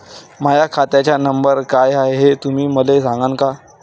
माह्या खात्याचा नंबर काय हाय हे तुम्ही मले सागांन का?